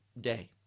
day